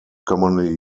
commonly